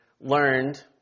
learned